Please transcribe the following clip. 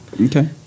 Okay